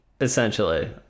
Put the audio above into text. Essentially